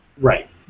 right